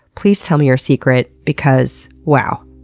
please tell me your secret because, wow,